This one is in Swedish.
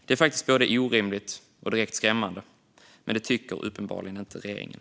Det är faktiskt både orimligt och direkt skrämmande, men det tycker uppenbarligen inte regeringen.